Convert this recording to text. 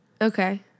Okay